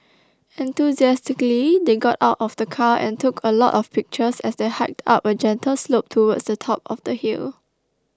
enthusiastically they got out of the car and took a lot of pictures as they hiked up a gentle slope towards the top of the hill